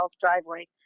driveway